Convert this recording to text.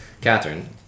Catherine